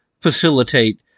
facilitate